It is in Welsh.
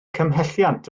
cymhelliant